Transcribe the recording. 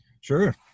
Sure